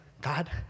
God